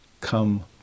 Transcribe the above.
Come